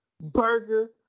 burger